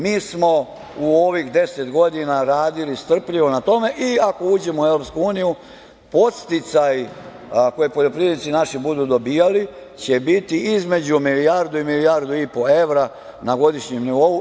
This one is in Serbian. Mi smo u ovih deset godina radili strpljivo na tome i ako uđemo u Evropsku uniju podsticaji koje poljoprivrednici naši budu dobijali će biti između milijardu i milijardu i po evra na godišnjem nivou.